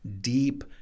deep